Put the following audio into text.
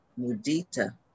mudita